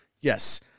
Yes